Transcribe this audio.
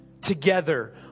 together